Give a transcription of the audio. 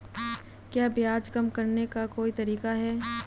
क्या ब्याज कम करने का कोई तरीका है?